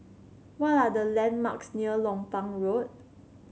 what are the landmarks near Lompang Road